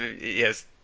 yes